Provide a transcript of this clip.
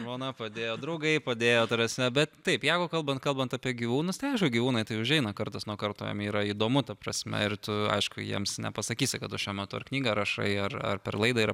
žmona padėjo draugai padėjo ta prasme bet taip jeigu kalbant kalbant apie gyvūnus tai aišku gyvūnai tai užeina kartas nuo karto jiem yra įdomu ta prasme ir tu aišku jiems nepasakysi kad ar šiuo metu ar knygą rašai ar per laidą yra